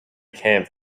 camp